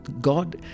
God